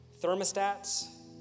thermostats